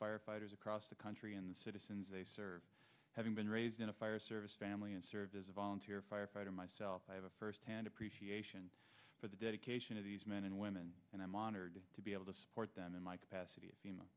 firefighters across the country and the citizens they serve having been raised in a fire service family and served as a volunteer firefighter myself i have a first hand appreciation for the dedication of these men and women and i'm honored to be able to support them in my capacity a